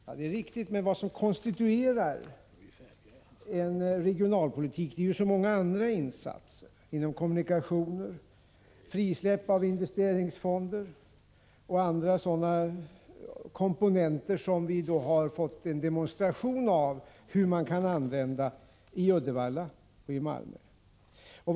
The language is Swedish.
Ja, det är riktigt, men vad som konstituerar en regionalpolitik är ju också så många andra insatser — kommunikationer, frisläpp av investeringsfonder osv. Vi har i Uddevalla och Malmö fått en demonstration av hur man kan använda sådana komponenter.